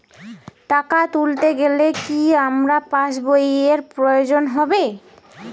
টাকা তুলতে গেলে কি আমার পাশ বইয়ের প্রয়োজন হবে?